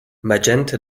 magenta